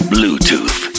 Bluetooth